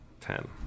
Ten